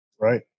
right